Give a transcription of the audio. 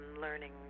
learning